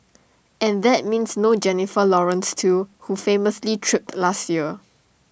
and that means no Jennifer Lawrence too who famously tripped last year